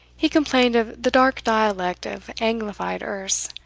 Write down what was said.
he complained of the dark dialect of anglified erse,